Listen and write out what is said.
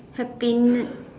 happin~